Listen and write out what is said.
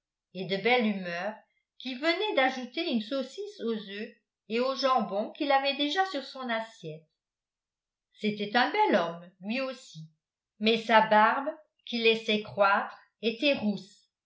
et de belle humeur qui venait d'ajouter une saucisse aux œufs et au jambon qu'il avait déjà sur son assiette c'était un bel homme lui aussi mais sa barbe qu'il laissait croître était rousse